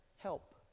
Help